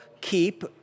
keep